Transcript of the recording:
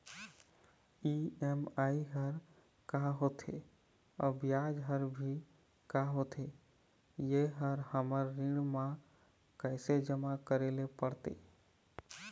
EMI हर का होथे अऊ ब्याज हर भी का होथे ये हर हमर ऋण मा कैसे जमा करे ले पड़ते?